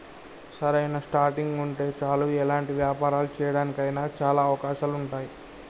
సరైన స్టార్టింగ్ ఉంటే చాలు ఎలాంటి వ్యాపారాలు చేయడానికి అయినా చాలా అవకాశాలు ఉంటాయి